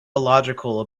illogical